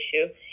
issue